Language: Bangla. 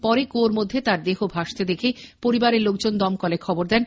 পরে কুয়োর মধ্যে তার দেহ ভাসতে দেখে পরিবারের লোকজন দমকলে থবর দেন